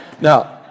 Now